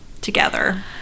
together